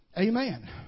Amen